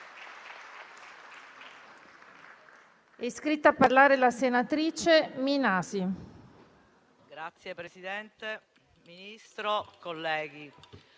iscritta a parlare la senatrice Murelli.